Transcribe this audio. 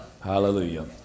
hallelujah